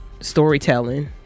storytelling